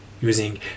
using